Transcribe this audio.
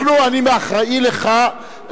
אני אחראי לךָ,